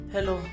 Hello